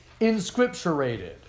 inscripturated